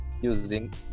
using